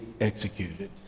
executed